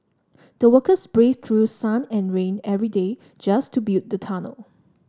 the workers braved through sun and rain every day just to build the tunnel